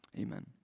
Amen